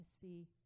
see